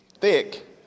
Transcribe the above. thick